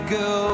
go